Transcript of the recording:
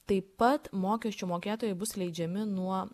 taip pat mokesčių mokėtojai bus leidžiami nuo